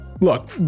look